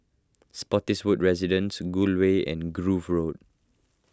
Spottiswoode Residences Gul Way and Grove Road